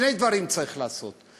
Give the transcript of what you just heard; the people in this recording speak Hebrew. שני דברים צריך לעשות,